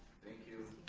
you.